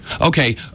Okay